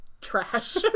trash